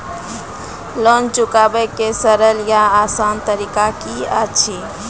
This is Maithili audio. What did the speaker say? लोन चुकाबै के सरल या आसान तरीका की अछि?